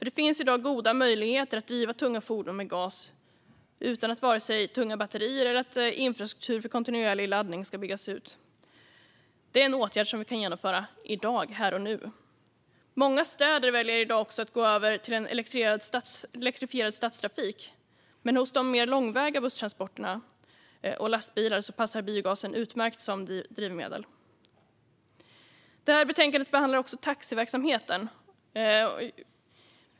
Det finns i dag goda möjligheter att driva tunga fordon med gas, utan tunga batterier eller utbyggnad av infrastruktur för kontinuerlig laddning. Detta är en åtgärd som vi kan genomföra i dag, här och nu. Många städer väljer i dag att gå över till elektrifierad stadstrafik, men för mer långväga busstransporter och lastbilar passar biogasen utmärkt som drivmedel. Betänkandet behandlar också taxiverksamhet.